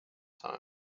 time